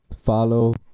follow